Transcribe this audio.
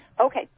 Okay